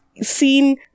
seen